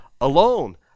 alone